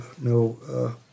no